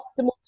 optimal